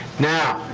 now,